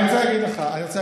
אני רוצה להגיד לך,